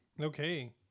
Okay